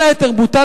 וכל היתר בוטל.